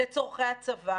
לצורכי הצבא.